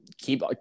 keep